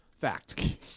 Fact